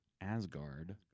Asgard